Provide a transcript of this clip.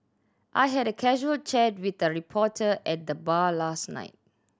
I had a casual chat with a reporter at the bar last night